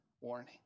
warning